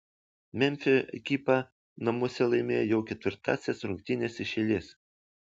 memfio ekipa namuose laimėjo jau ketvirtąsias rungtynes iš eilės